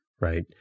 right